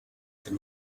them